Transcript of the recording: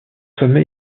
sommet